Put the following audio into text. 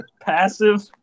Passive